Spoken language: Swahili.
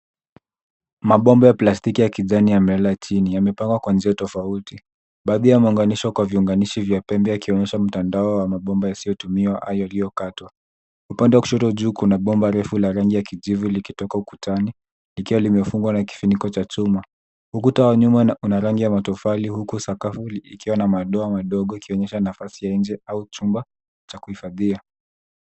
Mabomba ya plastiki ya kijani yamelala chini, yalimepangwa kwa njia tofauti. Baadhi yameunganishwa kwa viunganishi vya pembe, yakionyesha mtandao wa mabomba yasiyotumiwa au yaliyokatwa. Upande wa kushoto juu kuna bomba refu la rangi ya kijivu likitoka ukutani, likiwa limefungwa na kifuniko cha chuma. Ukuta wa nyuma una rangi ya matofali, huku sakafu ikiwa na madoa madogo, ikionyesha nafasi ya nje au chumba cha kuhifadhia.